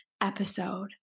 episode